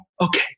okay